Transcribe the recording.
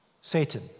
Satan